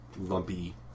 lumpy